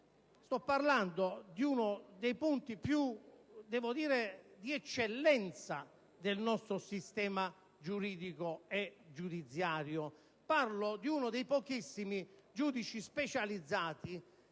Sto parlando di uno dei punti di eccellenza del nostro sistema giuridico e giudiziario, di uno dei pochissimi giudici specializzati